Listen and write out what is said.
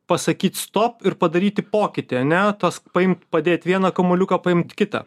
pasakyt stop ir padaryti pokytį ane tas paimt padėt vieną kamuoliuką paimt kitą